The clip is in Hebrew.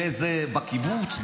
בקיבוץ,